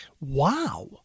wow